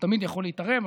הוא תמיד יכול להתערב,